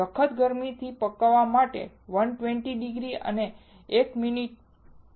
સખત ગરમીથી પકવવા માટે 120 ડિગ્રી અને 1 મિનિટ માટે મૂકવામાં આવે છે